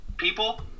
people